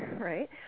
right